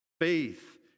Faith